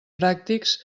pràctics